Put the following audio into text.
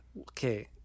okay